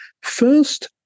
First